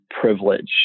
privilege